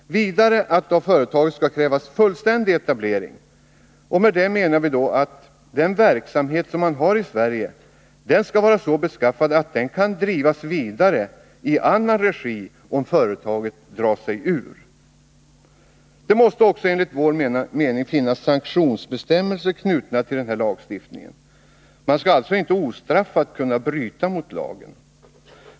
Vidare betonar vi att det av företaget skall krävas en fullständig etablering. Detta innebär att den verksamhet företaget i Sverige har skall vara så beskaffad att den kan drivas vidare i annan regi om företaget drar sig ur. Det måste också enligt vår mening finnas sanktionsbestämmelser knutna till denna lag. Man skall alltså inte ostraffat kunnat bryta mot lagen.